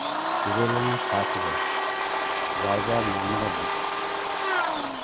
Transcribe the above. ᱤᱨᱟᱹᱞ ᱟᱱᱟᱜ ᱛᱷᱟᱠ ᱨᱮ ᱡᱟᱭᱜᱟ ᱧᱟᱢ ᱞᱟᱹᱜᱤᱫ